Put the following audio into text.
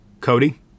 Cody